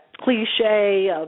cliche